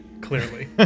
clearly